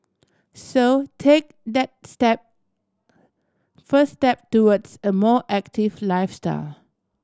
so take that step first step towards a more active lifestyle